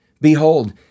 Behold